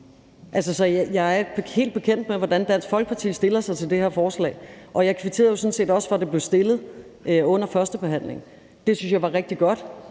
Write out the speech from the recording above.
jeg er helt bekendt med, hvordan Dansk Folkeparti stiller sig til det her forslag, og jeg kvitterede jo sådan set også for, at det blev fremsat, under førstebehandlingen. Det synes jeg var rigtig godt.